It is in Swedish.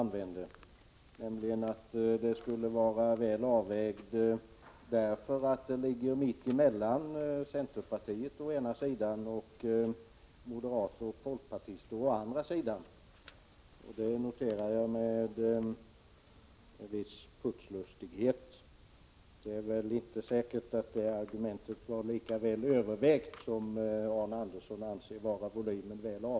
Han sade nämligen att det skulle vara väl avvägt därför att det ligger mitt emellan centerpartiets förslag å ena sidan och moderaternas och folkpartiets förslag å andra sidan. Jag noterar det som en putslustighet. Det är väl inte säkert att den uppgiften var lika väl övervägd som Arne Andersson anser volymen vara.